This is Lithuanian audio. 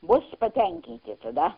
bus patenkinti tada